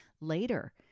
later